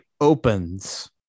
opens